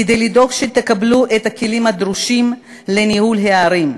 כדי לדאוג שתקבלו את הכלים הדרושים לניהול הערים,